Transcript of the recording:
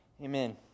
Amen